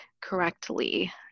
correctly